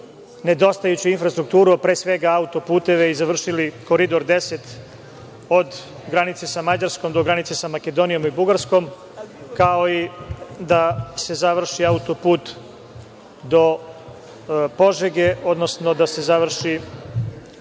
nedostajuću infrastrukturu, a pre svega autopteve i završili Koridor 10 od granice sa Mađarskom do granice sa Makedonijom i Bugarskom, kao i da se završi autoput do Požege, odnosno da se završi